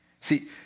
See